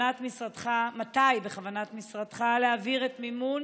מתי בכוונת משרדך להעביר את מימון